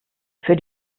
für